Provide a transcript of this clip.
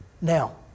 Now